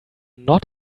not